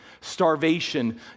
starvation